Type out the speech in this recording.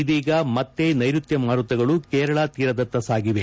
ಇದೀಗ ಮತ್ತೆ ನೈರುತ್ತ ಮಾರುತಗಳು ಕೇರಳ ತೀರದತ್ತ ಸಾಗಿವೆ